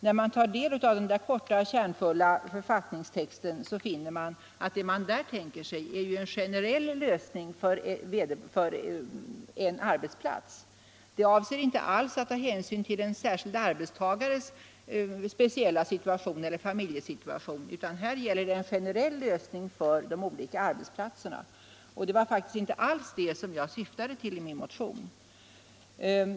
När man tar del av den korta, kärnfulla författningstexten finner man att avsikten inte alls är att ta hänsyn till en enskild arbetstagares speciella familjesituation, utan här gäller det en generell lösning för de olika arbetsplatserna. Det var faktiskt inte alls vad jag syftade till i min motion.